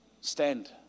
Stand